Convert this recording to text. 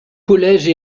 collège